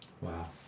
Wow